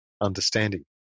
understanding